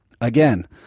Again